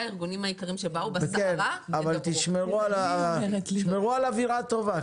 אבל תשמרו על אווירה טובה,